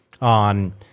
on